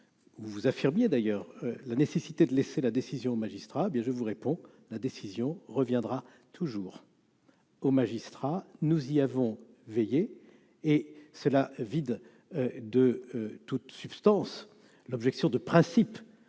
vous affirmiez d'ailleurs la nécessité de laisser la décision aux magistrats bien je vous réponds : la décision reviendra toujours. Au magistrats, nous y avons veillé et cela vide de toute substance l'objection de principe